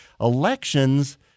elections